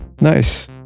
Nice